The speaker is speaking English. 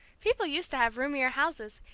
people used to have roomier houses,